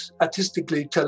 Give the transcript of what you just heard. artistically